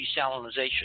desalinization